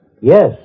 yes